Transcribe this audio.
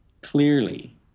clearly